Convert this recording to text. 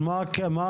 אבל מה הקשר?